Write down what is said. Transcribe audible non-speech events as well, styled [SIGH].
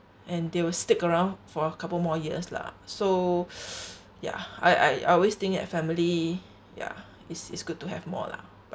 and they will stick around for a couple more years lah so [BREATH] yeah I I I always think that family ya it's it's good to have more lah